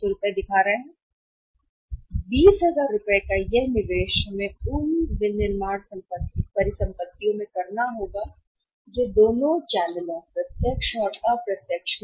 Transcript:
20000 का यह निवेश हमें उन विनिर्माण परिसंपत्तियों में करना होगा जो कि रहने वाली हैं दोनों चैनलों में एक ही प्रत्यक्ष या अप्रत्यक्ष